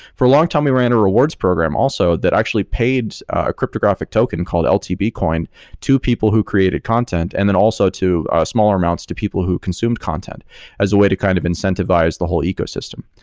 for a longtime we were in a rewards program also that actually paid ah cryptographic token called ltb coin to people who created content and then also to ah smaller amounts to people who consumed content as a way to kind of incentivize the whole ecosystem.